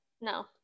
no